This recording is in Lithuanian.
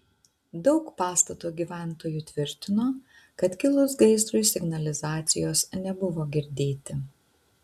daug pastato gyventojų tvirtino kad kilus gaisrui signalizacijos nebuvo girdėti